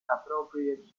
appropriate